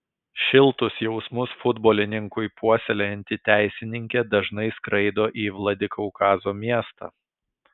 šiltus jausmus futbolininkui puoselėjanti teisininkė dažnai skraido į vladikaukazo miestą